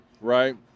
right